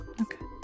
Okay